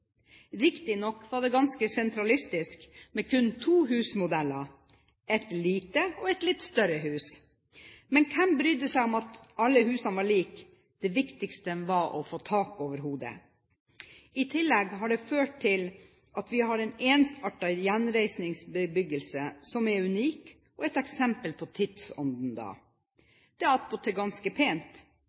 Riktignok var det ganske sentralistisk, med kun to husmodeller – et lite, eller et litt større hus. Men hvem brydde seg om at alle husene var like, det viktigste var å få tak over hodet. I tillegg har det ført til at vi har en ensartet gjenreisningsbebyggelse som er unik og et eksempel på tidsånden da. Det er attpåtil ganske pent.